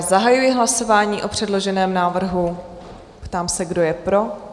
Zahajuji hlasování o předloženém návrhu a ptám se, kdo je pro?